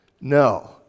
No